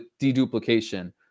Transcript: deduplication